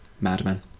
Madman